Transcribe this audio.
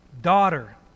Daughter